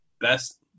best